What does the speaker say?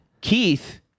Keith